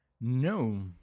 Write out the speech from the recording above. No